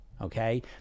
okay